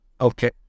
Okay